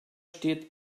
steht